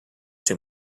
too